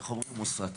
איך אומרים, מוסרטי.